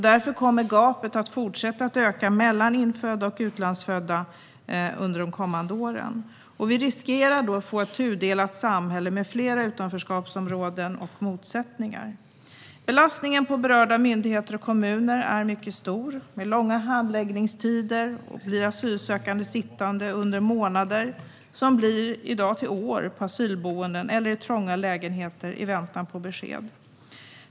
Därför kommer gapet att fortsätta att öka mellan infödda och utlandsfödda under de kommande åren. Vi riskerar att få ett tudelat samhälle med flera utanförskapsområden och motsättningar. Belastningen på berörda myndigheter och kommuner är mycket stor med långa handläggningstider. Asylsökande blir sittande under månader som blir till år på asylboenden eller i trånga lägenheter i väntan på besked.